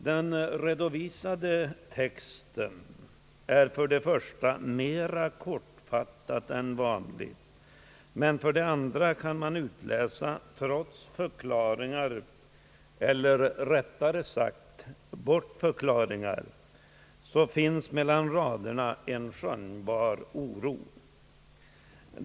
Den redovisade texten är för det första mera kortfattad än vanligt, men för det andra kan man trots förklaringar eller rättare sagt bortförklaringar mellan raderna utläsa en skönjbar oro.